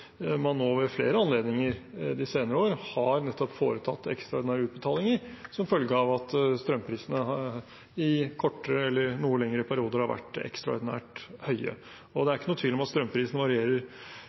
man nå ved flere anledninger de senere år nettopp har foretatt ekstraordinære utbetalinger som følge av at strømprisene i kortere eller noe lengre perioder har vært ekstraordinært høye. Og det er